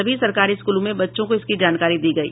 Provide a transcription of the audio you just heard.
सभी सरकारी स्कूलों में बच्चों को इसकी जानकारी दी गयी